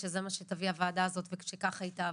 שזה מה שתביא הוועדה הזאת ושככה היא תעבוד.